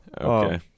Okay